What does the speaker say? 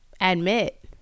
Admit